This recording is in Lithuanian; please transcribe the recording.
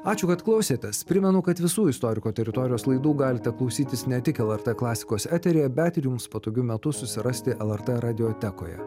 ačiū kad klausėtės primenu kad visų istorikų teritorijos laidų galite klausytis ne tik lrt klasikos eteryje bet ir jums patogiu metu susirasti lrt radiotekoje